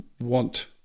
want